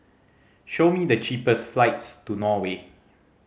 show me the cheapest flights to Norway